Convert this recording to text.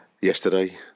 yesterday